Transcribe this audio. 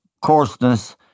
coarseness